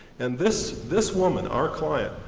and this this woman our clients,